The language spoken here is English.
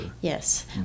Yes